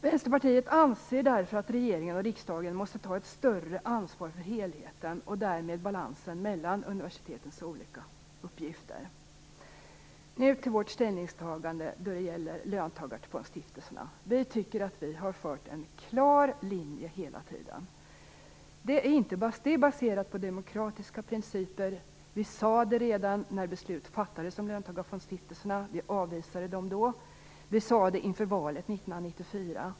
Vänsterpartiet anser därför att regeringen och riksdagen måste ta ett större ansvar för helheten och därmed för balansen mellan universitetens olika uppgifter. Nu till vårt ställningstagande när det gäller löntagarfondsstiftelserna. Vi tycker att vi hela tiden har haft en klar linje, baserad på demokratiska principer. Vi avvisade löntagarfondsstiftelserna redan när beslut fattades i frågan och inför valet 1994.